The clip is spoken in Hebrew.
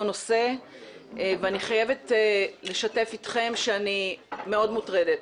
נושא ואני חייבת לשתף איתכם שאני מאוד מוטרדת.